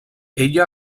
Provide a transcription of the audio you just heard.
ella